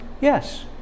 yes